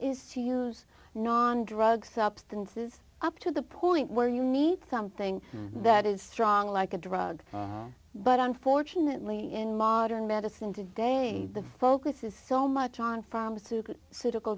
is to use non drug substances up to the point where you need something that is strong like a drug but unfortunately in modern medicine today the focus is so much on pharmaceutical